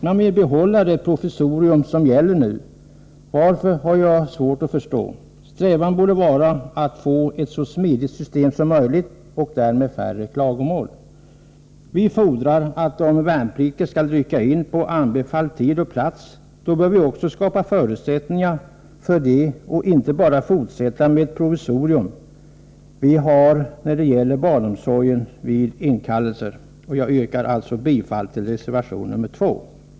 Man vill behålla det provisorium som gäller nu. Varför har jag svårt att förstå. Strävan borde vara att få ett så smidigt system som möjligt och därmed färre klagomål. Vi fordrar att de värnpliktiga skall rycka in på anbefalld tid och plats. Då bör vi också skapa förutsättningar för det och inte bara fortsätta med det provisorium vi har när det gäller barnomsorgen vid inkallelser. Jag yrkar bifall till reservation 2.